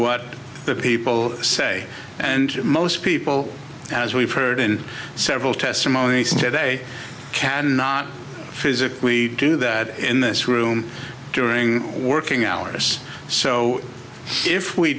the people say and most people as we've heard in several testimony say they cannot physically do that in this room during working hours so if we